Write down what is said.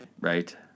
right